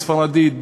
בספרדית,